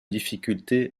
difficulté